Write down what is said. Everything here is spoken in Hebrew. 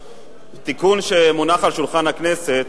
תודה רבה, התיקון שמונח על שולחן הכנסת